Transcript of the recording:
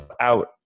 out